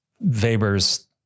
Weber's